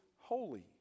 holy